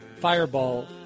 Fireball